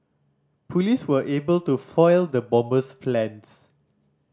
police were able to foil the bomber's plans